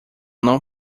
não